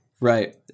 Right